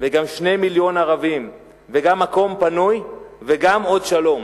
וגם 2 מיליונים ערבים וגם מקום פנוי וגם עוד שלום.